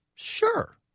Sure